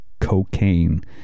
cocaine